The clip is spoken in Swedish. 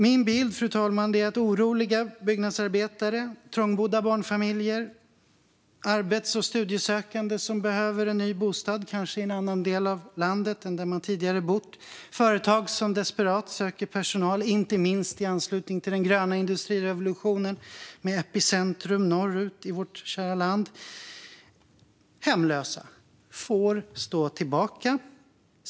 Min bild, fru talman, är att oroliga byggnadsarbetare, trångbodda barnfamiljer, arbets och studiesökande som behöver ny bostad - kanske i en annan del av landet än där man tidigare bott - och företag som desperat söker personal - inte minst i anslutning till den gröna industrirevolutionen med epicentrum norrut i vårt kära land - är hemlösa. De får stå tillbaka.